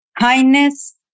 kindness